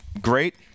great